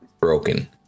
broken